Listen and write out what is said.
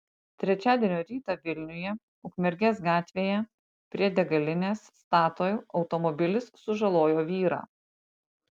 trečiadienio rytą vilniuje ukmergės gatvėje prie degalinės statoil automobilis sužalojo vyrą